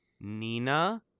Nina